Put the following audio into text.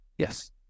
Yes